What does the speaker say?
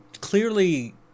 clearly